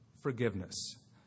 forgiveness